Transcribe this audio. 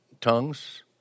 tongues